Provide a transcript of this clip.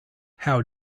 how